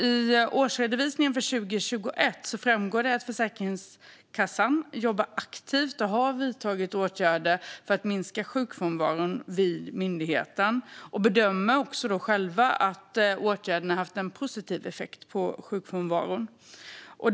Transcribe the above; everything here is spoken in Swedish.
I årsredovisningen för 2021 framgår det att Försäkringskassan jobbar aktivt och har vidtagit åtgärder för att minska sjukfrånvaron vid myndigheten. De bedömer också själva att åtgärderna har haft en positiv effekt på sjukfrånvaron.